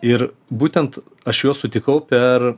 ir būtent aš juos sutikau per